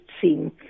seen